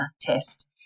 test